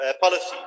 policy